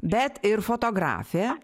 bet ir fotografė